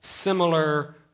similar